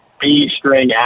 B-string